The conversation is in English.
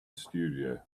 studio